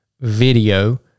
video